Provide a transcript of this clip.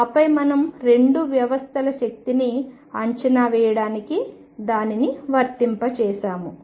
ఆపై మనం రెండు వ్యవస్థల శక్తిని అంచనా వేయడానికి దానిని వర్తింపజేసాము